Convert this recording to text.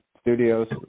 Studios